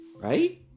right